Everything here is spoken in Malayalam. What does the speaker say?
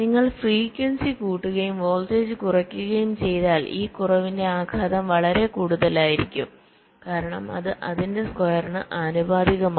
നിങ്ങൾ ഫ്രീക്വൻസി കൂട്ടുകയും വോൾട്ടേജ് കുറയ്ക്കുകയും ചെയ്താൽ ഈ കുറവിന്റെ ആഘാതം വളരെ കൂടുതലായിരിക്കും കാരണം അത് അതിന്റെ സ്ക്വയറിന് ആനുപാതികമാണ്